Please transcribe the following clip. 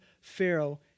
Pharaoh